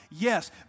Yes